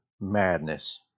madness